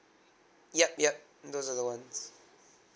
yup yup those are the ones